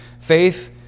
Faith